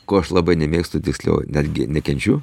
ko aš labai nemėgstu tiksliau netgi nekenčiu